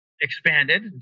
expanded